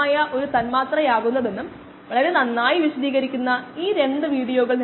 5 മില്ലിമോളറിൽ എത്താൻ toxin X ഇവിടെ S ആണ് റഫർ സമയം 1321